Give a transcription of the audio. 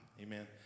Amen